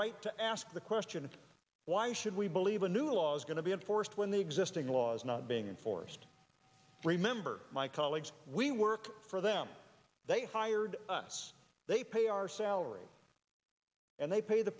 right to ask the question why should we believe the new laws going to be enforced when the existing laws not being enforced remember my colleagues we work for them they fired us they pay our salaries and they pay the